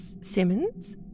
Simmons